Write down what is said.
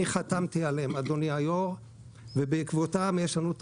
אני חתמתי עליהם ובעקבותיהם יש לנו את